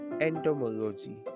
entomology